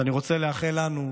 ואני רוצה לאחל לנו,